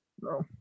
No